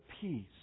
peace